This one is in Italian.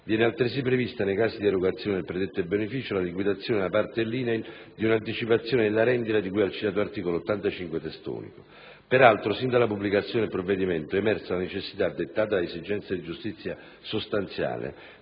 Viene altresì prevista, nei casi di erogazione del predetto beneficio, la liquidazione, da parte dell'INAIL, di un'anticipazione della rendita di cui al citato articolo 85 del Testo unico. Peraltro, sin dalla pubblicazione del provvedimento è emersa la necessità, dettata da esigenze di giustizia sostanziale,